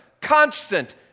constant